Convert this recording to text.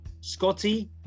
Scotty